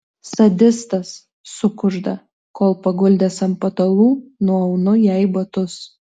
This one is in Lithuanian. sadistas sukužda kol paguldęs ant patalų nuaunu jai batus